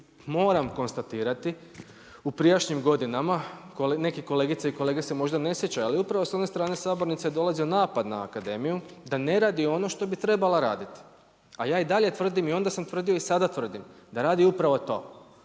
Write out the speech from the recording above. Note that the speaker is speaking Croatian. moram konstatirati u prijašnjim godinama neki kolegice i kolege se možda ne sjećaju, ali upravo sa one strane sabornice je dolazio napad na akademiju da ne radi ono što bi trebala raditi. A ja i dalje tvrdim i onda sam tvrdio i sada tvrdim da radi upravo to,